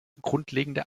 grundlegende